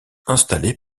installé